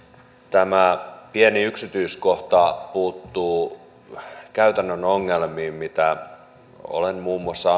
tämä pieni yksityiskohta puuttuu käytännön ongelmiin mitä olen muun muassa